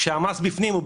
כשהמס בפנים.